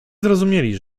zrozumieli